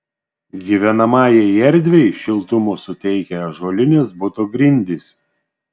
gyvenamajai erdvei šiltumo suteikia ąžuolinės buto grindys